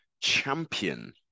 champion